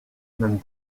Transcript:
même